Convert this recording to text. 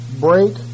break